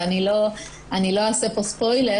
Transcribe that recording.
ואני לא אעשה פה ספוילר,